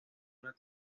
una